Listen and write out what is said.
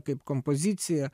kaip kompoziciją